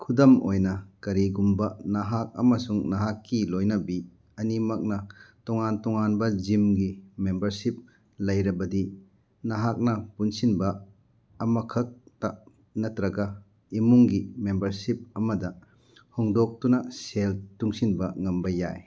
ꯈꯨꯗꯝ ꯑꯣꯏꯅ ꯀꯔꯤꯒꯨꯝꯕ ꯅꯍꯥꯛ ꯑꯃꯁꯨꯡ ꯅꯍꯥꯛꯀꯤ ꯂꯣꯏꯅꯕꯤ ꯑꯅꯤꯃꯛꯅ ꯇꯣꯉꯥꯟ ꯇꯣꯉꯥꯟꯕ ꯖꯤꯝꯒꯤ ꯃꯦꯝꯕꯔꯁꯤꯞ ꯂꯩꯔꯕꯗꯤ ꯅꯍꯥꯛꯅ ꯄꯨꯟꯁꯤꯟꯕ ꯑꯃꯈꯛꯇ ꯅꯠꯇ꯭ꯔꯒ ꯏꯃꯨꯡꯒꯤ ꯃꯦꯝꯕꯔꯁꯤꯞ ꯑꯃꯗ ꯍꯣꯡꯗꯣꯛꯇꯨꯅ ꯁꯦꯜ ꯇꯨꯡꯁꯤꯟꯕ ꯉꯝꯕ ꯌꯥꯏ